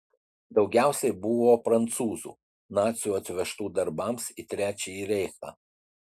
daugiausiai buvo prancūzų nacių atvežtų darbams į trečiąjį reichą